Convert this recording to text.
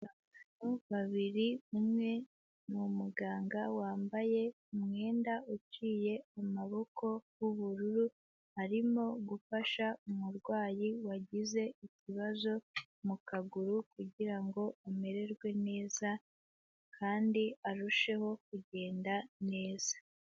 Abantu babiri umwe ni umuganga wambaye umwenda uciye amaboko w'ubururu, arimo gufasha umurwayi wagize ikibazo mu kaguru kugirango amererwe neza kandi arusheho kugenda neza.